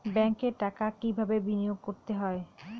ব্যাংকে টাকা কিভাবে বিনোয়োগ করতে হয়?